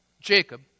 Jacob